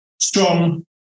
Strong